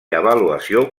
avaluació